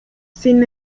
sin